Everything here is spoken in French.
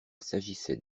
s’agissait